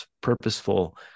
purposeful